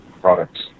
products